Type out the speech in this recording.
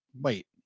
Wait